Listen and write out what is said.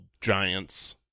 Giants